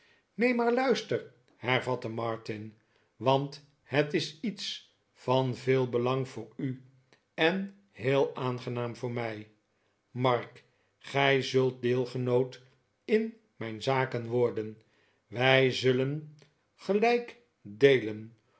maar luister hervatte martin want het is iets van veel belang voor u en heel aangenaam voor mij mark gij zult deelgenoot in mijn zaken worden wij zullen gelijk